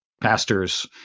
pastors